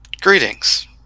greetings